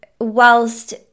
whilst